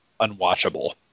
unwatchable